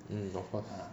mm of course